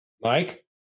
mike